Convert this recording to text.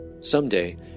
Someday